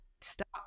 stop